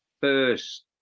first